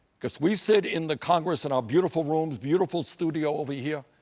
because we sit in the congress in our beautiful rooms, beautiful studio over here,